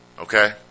Okay